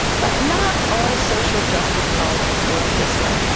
but not all social justice politics works this way,